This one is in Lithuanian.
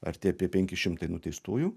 arti apie penki šimtai nuteistųjų